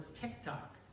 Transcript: TikTok